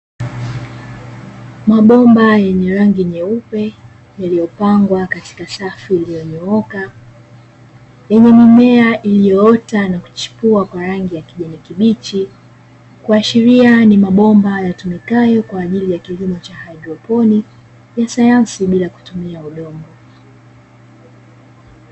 Mabomba yenye rangi nyeupe, yaliyopangwa katika safu iliyonyooka , yenye mimea iliyoota na kuchipua kwa rangi ya kijani kibichi, kuashiria ni mabomba yatumikayo kwa ajili ya kilimo cha haidroponi ya sayansi bila kutumia udongo.